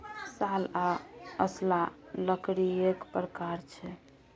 साल आ असला लकड़ीएक प्रकार छै